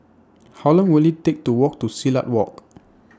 How Long Will IT Take to Walk to Silat Walk